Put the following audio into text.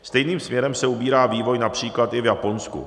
Stejným směrem se ubírá vývoj například i v Japonsku.